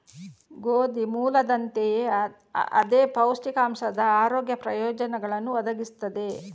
ಗೋಧಿ ಮೂಲದಂತೆಯೇ ಅದೇ ಪೌಷ್ಟಿಕಾಂಶದ ಆರೋಗ್ಯ ಪ್ರಯೋಜನಗಳನ್ನು ಒದಗಿಸುತ್ತದೆ